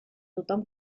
tothom